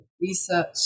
research